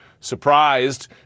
surprised